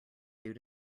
due